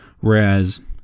whereas